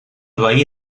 veí